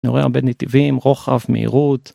אני רואה הרבה נתיבים, רוחב, מהירות.